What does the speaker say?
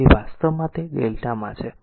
તેથી આ વાસ્તવમાં તે lrmΔમાં છે